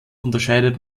unterscheidet